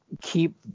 keep